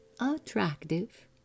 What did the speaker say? attractive